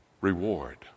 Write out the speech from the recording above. reward